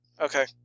Okay